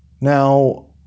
now